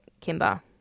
Kimba